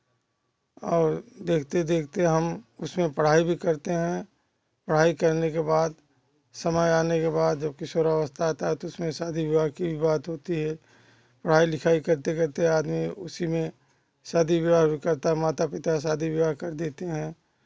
और देखते देखते हम उसमें पढ़ाई भी करते हैं पढ़ाई करने के बाद समय आने के बाद किशोरावस्था आता है तो उसमें शादी विवाह की बात होती है पढ़ाई लिखाई करते करते आदमी उसी में शादी विवाह भी करता है माता पिता शादी विवाह कर देतें हैं